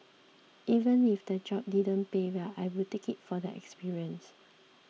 even if the job didn't pay well I would take it for the experience